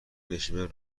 نشیمن